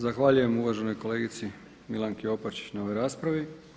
Zahvaljujem uvaženoj kolegici Milanki Opačić na ovoj raspravi.